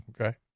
Okay